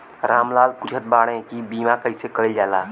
राम लाल पुछत बाड़े की बीमा कैसे कईल जाला?